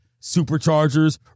Superchargers